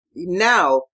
Now